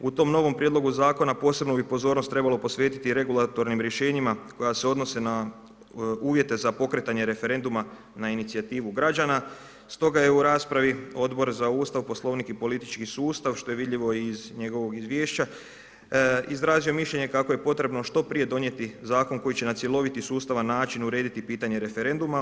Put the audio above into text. U tom novom prijedlogu zakona posebnu bi pozornost trebalo posvetiti regulatornim rješenjima koja se odnose na uvjete za pokretanje referenduma na inicijativu građana, s toga je u raspravi Odbor za Ustav, Poslovnik i politički sustav što je vidljivo iz njegovog izvješća izrazio mišljenje kako je potrebno što prije donijeti zakon koji će na cjelovit i sustavan način urediti pitanje referenduma.